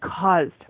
caused